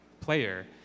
player